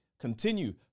Continue